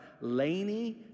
Lainey